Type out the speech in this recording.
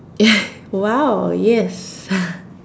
ya !wow! yes